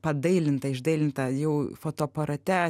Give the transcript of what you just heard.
padailintą išdailintą jau fotoaparate